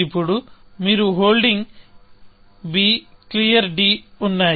ఇప్పుడు మీరు holding b clear ఉన్నాయి